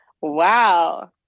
wow